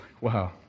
Wow